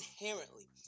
inherently